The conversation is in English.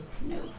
No